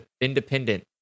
independent